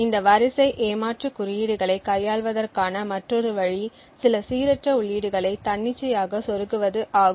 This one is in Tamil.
இந்த வரிசை ஏமாற்று குறியீடுகளை கையாள்வதற்கான மற்றொரு வழி சில சீரற்ற உள்ளீடுகளை தன்னிச்சையாக சொருகுவது ஆகும்